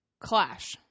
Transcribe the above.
Clash